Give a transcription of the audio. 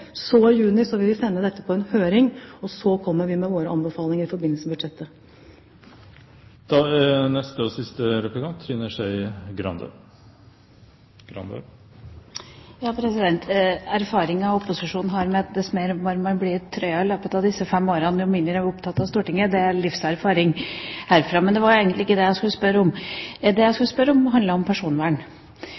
så sende dette på høring, og så kommer vi med våre anbefalinger i forbindelse med budsjettet. Erfaringen opposisjonen har gjort i løpet av disse fem årene, er at jo varmere man blir i trøya, jo mindre blir man opptatt av Stortinget – det er livserfaringen herfra. Men det var egentlig ikke det jeg skulle spørre om. Det jeg skulle spørre om, handler om personvern.